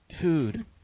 dude